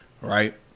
Right